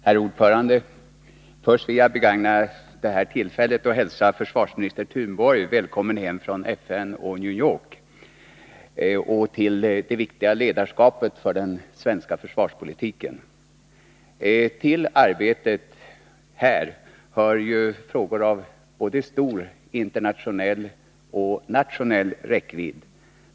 Herr talman! Först vill jag begagna detta tillfälle till att hälsa försvarsminister Anders Thunborg välkommen hem från FN och New York till det viktiga ledarskapet för den svenska försvarspolitiken. Till arbetet här hör ju frågor av stor både internationell och nationell räckvidd.